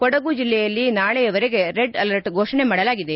ಕೊಡಗು ಜಿಲ್ಲೆಯಲ್ಲಿ ನಾಳೆಯವರೆಗೆ red alert ಘೋಷಣೆ ಮಾಡಲಾಗಿದೆ